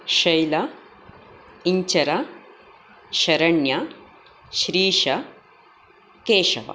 Shaila Inchara Sharanya Shreesha केशवः